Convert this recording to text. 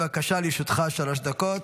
בבקשה, לרשותך שלוש דקות.